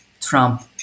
Trump